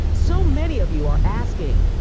so many of you are asking,